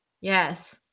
Yes